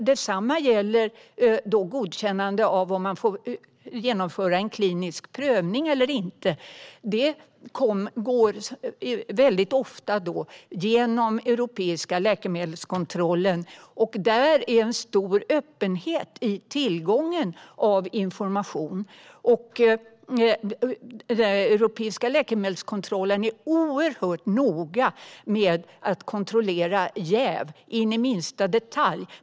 Detsamma gäller godkännande av genomförande av en klinisk prövning; det går ofta genom den europeiska läkemedelskontrollen. Där finns en stor öppenhet när det gäller tillgången till information. Den europeiska läkemedelskontrollen är oerhört noga med att kontrollera jäv in i minsta detalj.